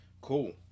cool